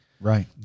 Right